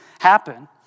happen